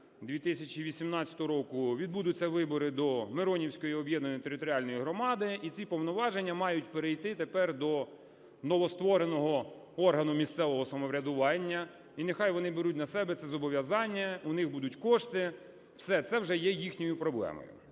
2018 року відбудуться вибори до Миронівської об'єднаної територіальної громади, і ці повноваження мають перейти тепер до новоствореного органу місцевого самоврядування, і нехай вони беруть на себе це зобов'язання, у них будуть кошти. Все! Це вже є їхньою проблемою.